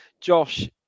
Josh